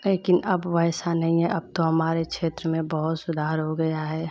लेकिन अब वैसा नहीं है अब तो हमारे क्षेत्र में बहुत सुधार हो गया है